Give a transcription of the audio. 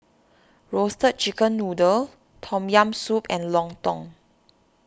Roasted Chicken Noodle Tom Yam Soup and Lontong